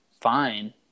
fine